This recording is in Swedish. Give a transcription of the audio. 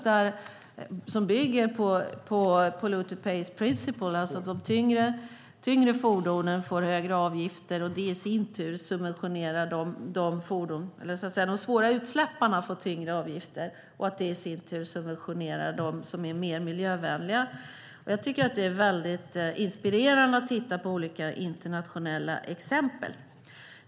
Det bygger på polluter pays principle, alltså att de tyngre fordonen får högre avgifter. Fordon med stora utsläpp får större avgifter, vilket i sin tur subventionerar de fordon som är mer miljövänliga. Jag tycker att det är mycket inspirerande att titta på olika internationella exempel.